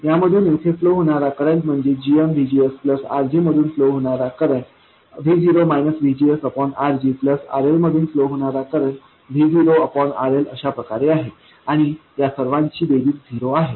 यामधून इथे फ्लो होणारा करंट म्हणजे gm VGS प्लस RG मधून फ्लो होणारा करंट RG प्लस RL मधून फ्लो होणारा करंट Vo RL अशाप्रकारे आहे आणि या सर्वांची बेरीज झिरो आहे